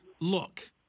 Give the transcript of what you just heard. look